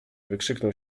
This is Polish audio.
wykrzyknął